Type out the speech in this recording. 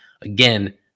again